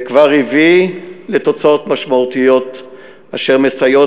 וכבר הביאו לתוצאות משמעותיות אשר מסייעות